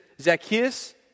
Zacchaeus